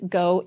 go